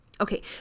okay